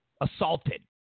assaulted